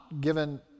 given